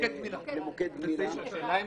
השאלה אם